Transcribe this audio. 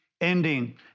ending